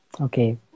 Okay